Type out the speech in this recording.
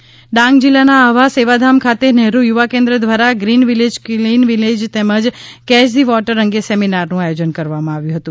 green village clean village Dang જિલ્લાના આહવા સેવાધામ ખાતે નહેરુ યુવા કેન્દ્ર દ્વારા ગ્રીન વિલેજ ક્લીન વિલેજ તેમજ કેય ઘી વોટર અંગે સેમિનારનું આયોજન કરવામાં આવ્યું હતું